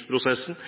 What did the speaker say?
av